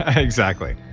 ah exactly,